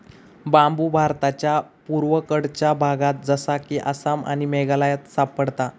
बांबु भारताच्या पुर्वेकडच्या भागात जसा कि आसाम आणि मेघालयात सापडता